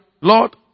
Lord